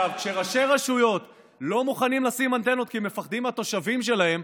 כשראשי רשויות לא מוכנים לשים אנטנות כי הם מפחדים מהתושבים שלהם,